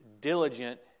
diligent